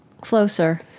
closer